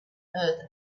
earth